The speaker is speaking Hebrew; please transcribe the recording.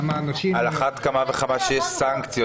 על כמה וכמה כשיש סנקציות.